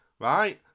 right